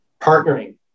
partnering